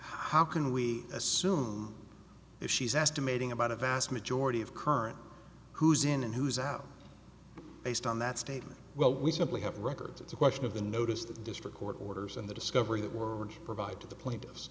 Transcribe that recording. how can we assume if she's estimating about a vast majority of current who's in and who's out based on that statement well we simply have records it's a question of the notice the district court orders and the discovery that were provided to the plaintiffs